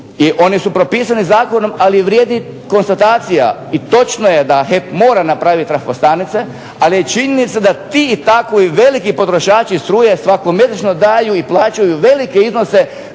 i oni su propisani zakonom, ali vrijedi konstatacija i točno je da HEP mora napraviti trafostanice, ali je činjenica da ti i takovi veliki potrošači struje svakomjesečno daju i plaćaju velike iznose